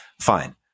fine